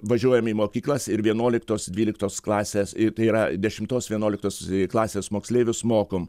važiuojam į mokyklas ir vienuoliktos dvyliktos klasės tai yra dešimtos vienuoliktos klasės moksleivius mokom